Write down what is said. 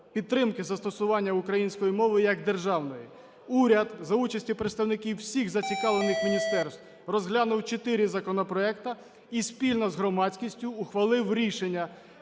підтримки застосування української мови як державної. Уряд за участі представників всіх зацікавлених міністерств розглянув чотири законопроекти і спільно з громадськістю ухвалив рішення